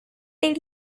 did